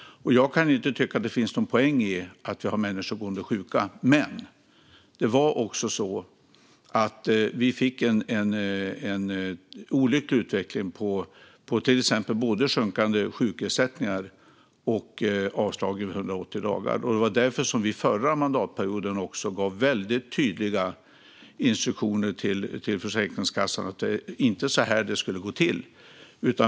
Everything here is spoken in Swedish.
Det finns ingen poäng i att ha människor gående sjuka, men utvecklingen blev olycklig med sjunkande ersättningar och avslag vid 180 dagar. Därför gav vi också förra mandatperioden tydliga instruktioner till Försäkringskassan att det inte skulle gå till så.